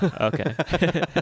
okay